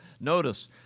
notice